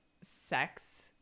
sex